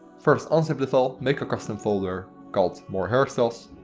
first unzip the file. make a custom folder called more hairstyles.